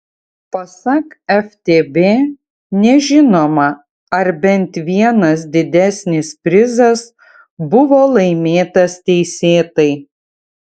pasak ftb nežinoma ar bent vienas didesnis prizas buvo laimėtas teisėtai